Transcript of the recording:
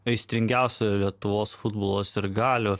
aistringiausių lietuvos futbolo sirgalių